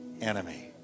enemy